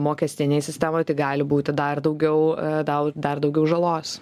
mokestinėj sistemoj tai gali būti dar daugiau tau dar daugiau žalos